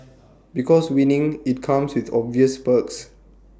because winning IT comes with obvious perks